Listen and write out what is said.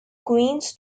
queens